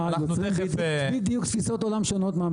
יוצרים בדיוק תפיסות עולם שונות מהמציאות.